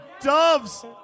Doves